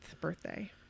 birthday